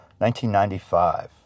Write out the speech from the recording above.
1995